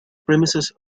premises